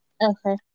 Okay